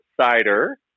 Cider